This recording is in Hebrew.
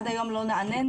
עד היום לא נענינו.